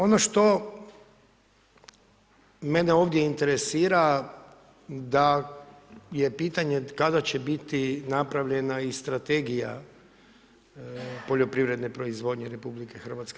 Ono što mene ovdje interesira da je pitanje kada će biti napravljena i strategija poljoprivredne proizvodnje RH?